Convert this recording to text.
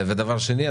ודבר שני,